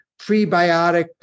prebiotic